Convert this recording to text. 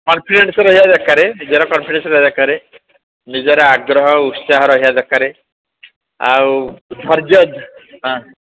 confidence ରହିବା ଦରକାର ନିଜର କନ୍ଫଫିଡେନ୍ସ ରହିବା ଦରକାର ନିଜର ଆଗ୍ରହ ଉତ୍ସାହ ରହିବା ଦରକାର ଆଉ ଧୈର୍ଯ୍ୟ ହଁ